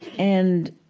and,